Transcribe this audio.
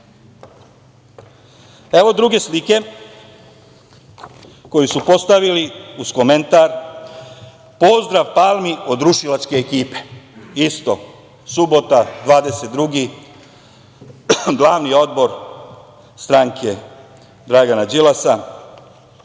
druge slike koju su postavili uz komentar - Pozdrav Palmi od rušilačke ekipe. Isto, subota, 22, glavni odbor stranke Dragana Đilasa.